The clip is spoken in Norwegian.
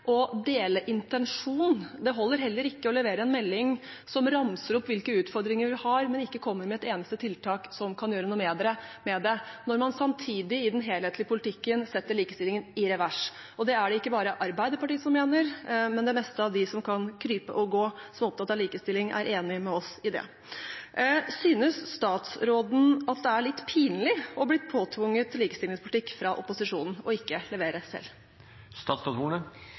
å dele intensjon. Det holder heller ikke å levere en melding som ramser opp hvilke utfordringer vi har, men ikke kommer med et eneste tiltak som kan gjøre noe med det når man samtidig i den helhetlige politikken setter likestillingen i revers. Det er det ikke bare Arbeiderpartiet som mener – det meste av dem som kan krype og gå som er opptatt av likestilling, er enig med oss i det. Synes statsråden at det er litt pinlig å bli påtvunget likestillingspolitikk fra opposisjonen og ikke levere